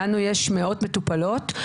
לנו יש מאות מטופלות.